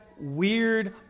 weird